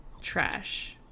trash